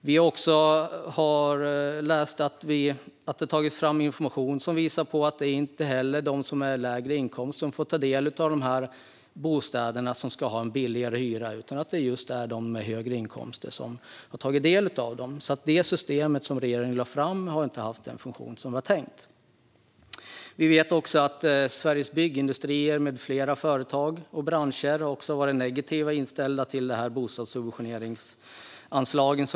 Vi har läst att det har tagits fram information om att det inte heller är de med lägre inkomster som har fått ta del av dessa subventionerade bostäder, som ska ha en lägre hyra, utan att det är just de med högre inkomster som har fått dem. Det system som regeringen har lagt fram har alltså inte haft den funktion som det var tänkt. Vi vet också att Sveriges Byggindustrier med flera företag och branscher också har varit negativt inställda till regeringens bostadssubventioneringsanslag.